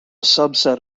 subset